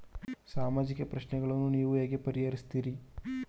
ಸಾಮಾಜಿಕ ಪ್ರಶ್ನೆಗಳನ್ನು ನೀವು ಹೇಗೆ ಪರಿಹರಿಸುತ್ತೀರಿ?